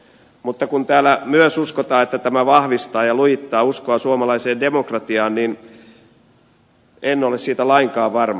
mutta kun täällä myös uskotaan että tämä vahvistaa ja lujittaa uskoa suomalaiseen demokratiaan niin en ole siitä lainkaan varma